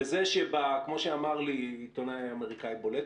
כמו שאמר לי עיתונאי אמריקאי בולט,